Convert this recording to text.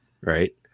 Right